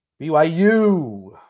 BYU